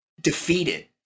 defeated